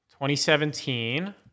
2017